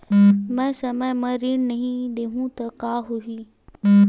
मैं समय म ऋण नहीं देहु त का होही